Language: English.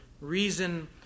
reason